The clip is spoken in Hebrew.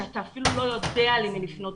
כשאתה אפילו לא יודע למי לפנות.